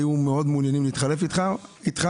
היו מאוד מעוניינים להתחלף איתך,